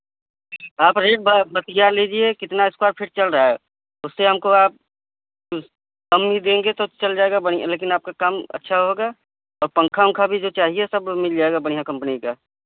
आप रेट बा बतिया लीजिए कितना स्क्वायर फीट चल रहा है उससे हमको आप कम भी देंगे तो चल जाएगा बढ़िया लेकिन आपका काम अच्छा होगा और पंखा वंखा भी जो चाहिए सब मिल जाएगा बढ़िया कंपनी का